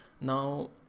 Now